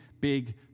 big